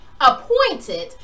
appointed